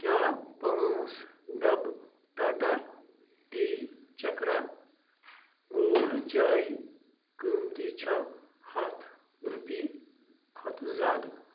کیٛاہ پانٛژھ ڈبہٕ ٹاٹا ٹی چکرا گولڈ چاے قۭمتی چھےٚ ہَتھ رُپی کھۄتہٕ زِیٛادٕ